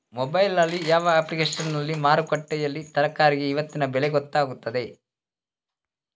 Mobile ನಲ್ಲಿ ಯಾವ ಅಪ್ಲಿಕೇಶನ್ನಲ್ಲಿ ಮಾರುಕಟ್ಟೆಯಲ್ಲಿ ತರಕಾರಿಗೆ ಇವತ್ತಿನ ಬೆಲೆ ಗೊತ್ತಾಗುತ್ತದೆ?